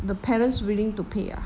the parents willing to pay ah